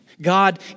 God